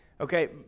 Okay